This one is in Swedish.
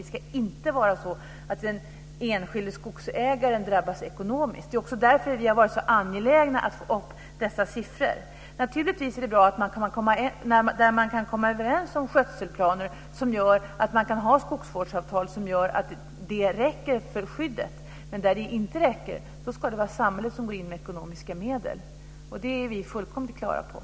Det ska inte vara så att den enskilde skogsägaren drabbas ekonomiskt. Det är också därför som vi har varit så angelägna om att höja dessa siffror. Naturligtvis är det bra om man kan komma överens om skötselplaner som gör att man kan ha skogsvårdsavtal som ger tillräckligt skydd. Men där det inte är tillräckligt ska det vara samhället som går in med ekonomiska medel. Det är vi fullkomligt klara över.